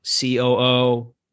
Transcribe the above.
COO